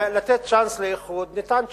אז לתת צ'אנס לאיחוד, ניתן צ'אנס.